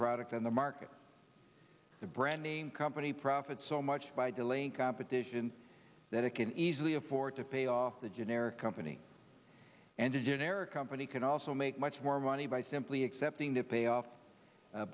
product on the market the brand name company profits so much by delaying competition that it can easily afford to pay off the generic company and a generic company can also make much more money by simply accepting to pay off